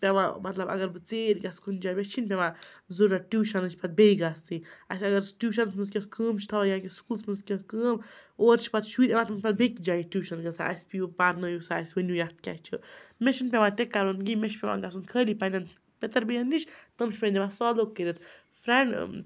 پیٚوان مطلب اگر بہٕ ژیٖرۍ گژھٕ کُنہِ جاے مےٚ چھِنہٕ پیٚوان ضرورَت ٹیوٗشَنٕچ پَتہٕ بیٚیہِ گژھٕ اَسہِ اگر ٹیوٗشَنَس منٛز کینٛہہ کٲم چھِ تھاوان یا کینٛہہ سکوٗلَس منٛز کینٛہہ کٲم اورٕ چھِ پَتہٕ شُرۍ پَتہٕ بیٚکہِ جاے ٹیوشَن گژھان اَسہِ پیٚیِو پَرنٲیِو سا اَسہِ ؤنِو یَتھ کیٛاہ چھُ مےٚ چھِنہٕ پیٚوان تہِ کَرُن کِہیٖںۍ مےٚ چھُ پیٚوان گژھُن خٲلی پنٛنٮ۪ن پِتٕر بیٚنٮ۪ن نِش تِم چھِ مےٚ دِوان سالُو کٔرِتھ فرٛٮ۪نٛڈ